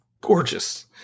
gorgeous